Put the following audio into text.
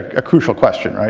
a crucial question, right?